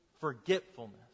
forgetfulness